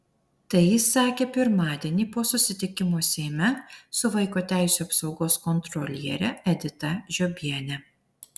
tai jis sakė pirmadienį po susitikimo seime su vaiko teisių apsaugos kontroliere edita žiobiene